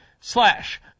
slash